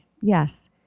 Yes